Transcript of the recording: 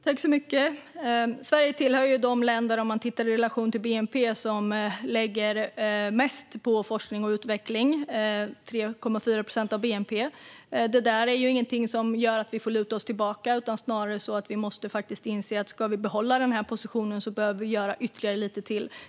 Fru talman! Sett i relation till bnp hör Sverige till de länder som lägger mest på forskning och utveckling, nämligen 3,4 procent av bnp. Det är dock ingenting som gör att vi kan luta oss tillbaka, utan vi måste snarare inse att vi behöver göra ytterligare lite till om vi ska behålla den positionen.